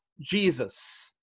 Jesus